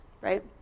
right